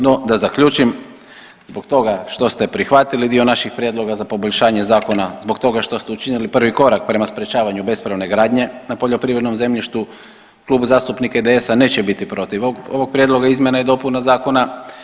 No da zaključim, zbog toga što ste prihvatili dio naših prijedloga za poboljšanje zakona, zbog toga što ste učinili prvi korak prema sprečavanju bespravne gradnje na poljoprivrednom zemljištu, Klub zastupnika IDS-a neće biti protiv ovog prijedloga izmjena i dopuna zakona.